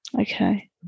Okay